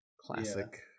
Classic